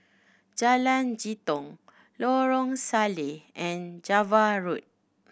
Jalan Jitong Lorong Salleh and Java Road